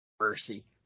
Mercy